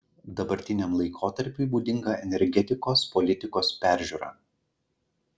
dabartiniam laikotarpiui būdinga energetikos politikos peržiūra